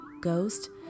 Ghost